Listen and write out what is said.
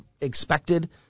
expected